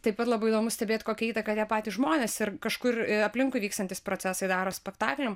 taip pat labai įdomu stebėt kokią įtaką tie patys žmonės ir kažkur aplinkui vykstantys procesai daro spektakliam